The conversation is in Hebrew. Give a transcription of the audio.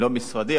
לא משרדי,